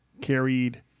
carried